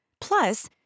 Plus